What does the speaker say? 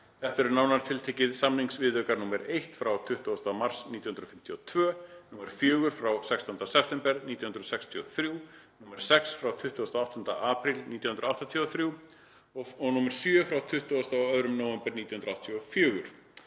Þetta eru nánar tiltekið samningsviðaukar nr. 1 frá 20. mars 1952, nr. 4 frá 16. september 1963, nr. 6 frá 28. apríl 1983 og nr. 7 frá 22. nóvember 1984.